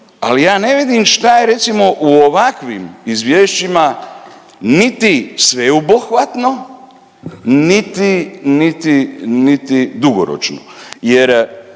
ali ja ne vidim šta je recimo u ovakvim izvješćima niti sveobuhvatno, niti,